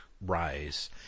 rise